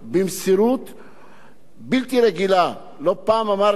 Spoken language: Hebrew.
לא פעם אמרתי: כל פעם שהכבאים האלה חוזרים ממשימה,